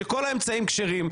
שכל האמצעים כשרים,